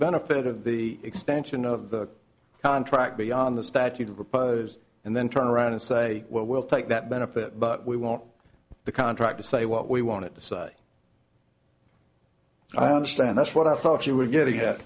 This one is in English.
benefit of the extension of the contract beyond the statute of repose and then turn around and say well we'll take that benefit but we want the contract to say what we wanted to i understand that's what i thought you were